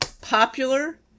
Popular